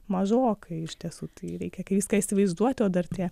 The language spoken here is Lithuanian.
mažokai iš tiesų tai reikia kai viską įsivaizduoti o dar tie